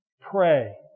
Pray